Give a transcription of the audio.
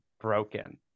broken